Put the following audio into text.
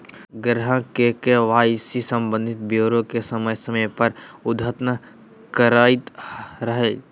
ग्राहक के के.वाई.सी संबंधी ब्योरा के समय समय पर अद्यतन करैयत रहइ